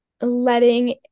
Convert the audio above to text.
letting